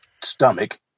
stomach